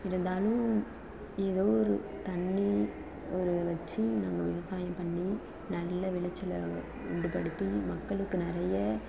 இருந்தாலும் ஏதோ ஒரு தண்ணி ஒரு வச்சு நாங்கள் விவசாயம் பண்ணி நல்ல விளைச்சலை உண்டுப்படுத்தி மக்களுக்கு நிறைய